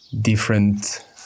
different